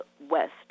west